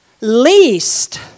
least